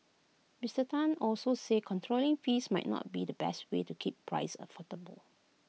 Mister Tan also said controlling fees might not be the best way to keep prices affordable